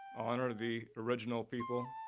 honor the original people,